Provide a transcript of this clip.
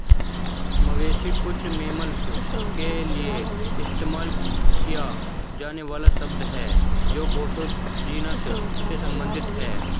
मवेशी कुछ मैमल्स के लिए इस्तेमाल किया जाने वाला शब्द है जो बोसो जीनस से संबंधित हैं